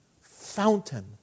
fountain